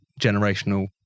generational